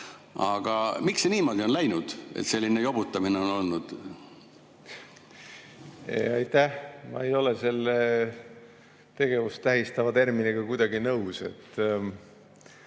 Aga miks see niimoodi on läinud, et selline jobutamine on olnud? Aitäh! Ma ei ole selle tegevust tähistava terminiga kuidagi nõus.